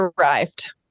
arrived